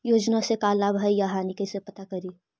योजना से का लाभ है या हानि कैसे पता करी?